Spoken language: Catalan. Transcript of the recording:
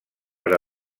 per